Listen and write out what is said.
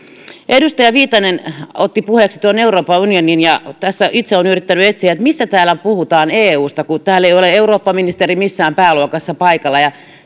edustaja viitanen otti puheeksi euroopan unionin ja tässä itse olen yrittänyt etsiä että missä täällä puhutaan eusta kun täällä ei ole eurooppaministeri missään pääluokassa paikalla ja